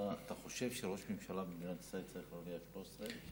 אתה חושב שראש ממשלה במדינת ישראל צריך להרוויח 13,000?